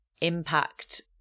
impact